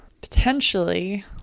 potentially